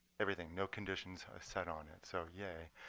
everything, no conditions set on it. so, yay.